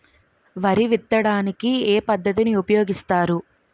వరి విత్తడానికి ఏ పద్ధతిని ఉపయోగిస్తారు?